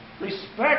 Respect